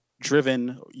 driven